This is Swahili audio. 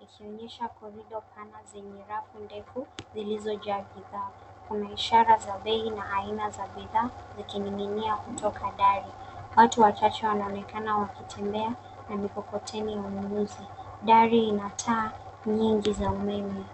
likionyesha korido pana zenye rafu ndefu zilizojaa bidhaa. Kuna ishara za bei na aina za bidhaa na zikiningin'ia kutoka dari. Watu wachache wanaonekana wakitembea na mikokoteni ya ununuzi. Dari hii ina taa nyingi za umeme.